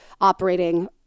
operating